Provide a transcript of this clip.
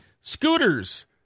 Scooters